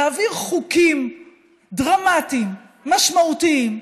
להעביר חוקים דרמטיים, משמעותיים,